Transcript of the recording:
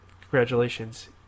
Congratulations